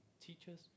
teachers